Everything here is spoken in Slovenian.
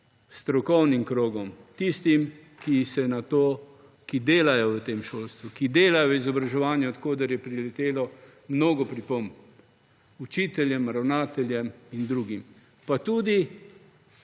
strokovnim krogom, tistim, ki delajo v tem šolstvu, ki delajo v izobraževanju, od koder je priletelo mnogo pripomb učiteljev, ravnateljev in drugih, pa tudi